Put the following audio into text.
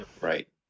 Right